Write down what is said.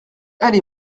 allée